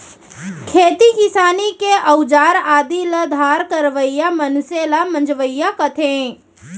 खेती किसानी के अउजार आदि ल धार करवइया मनसे ल मंजवइया कथें